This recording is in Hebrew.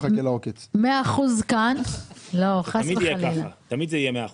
מאה אחוז כאן --- תמיד זה יהיה מאה אחוז.